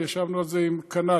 ישבנו על זה עם קנ"ט,